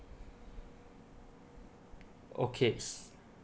okay